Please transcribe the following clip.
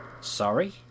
Sorry